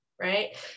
right